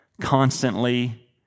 constantly